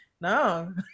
No